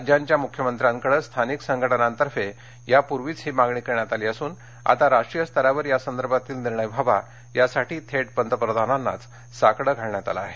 राज्यांच्या मुख्यमंत्र्यांकडे स्थानिक संघटनांतर्फे यापूर्वीच ही मागणी करण्यात आली असून आता राष्ट्रीय स्तरावर यासंदर्भातील निर्णय व्हावा यासाठी थेट पंतप्रधानांनाच साकडं घालण्यात आलं आहे